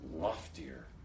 loftier